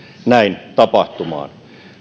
näin tapahtumaan